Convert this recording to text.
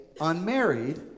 unmarried